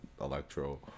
electro